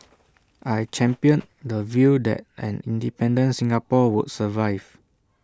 I championed the view that an independent Singapore would survive